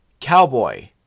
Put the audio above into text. Cowboy